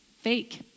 fake